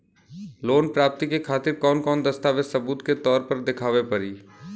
Loan प्राप्ति के खातिर कौन कौन दस्तावेज सबूत के तौर पर देखावे परी?